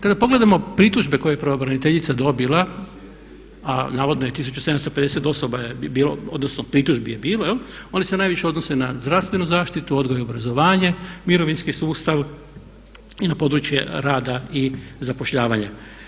Kada pogledamo pritužbe koje je pravobraniteljica dobila a navodno je 1750 osoba je bilo, odnosno pritužbi je bilo oni se najviše odnose na zdravstvenu zaštitu, odgoj i obrazovanje, mirovinski sustav i na područje rada i zapošljavanja.